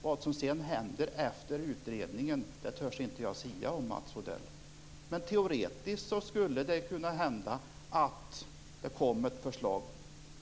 Vad som sedan händer - efter utredningarna - törs jag inte sia om, Mats Odell. Teoretiskt skulle det kunna hända att det kom ett förslag.